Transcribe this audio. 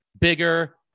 bigger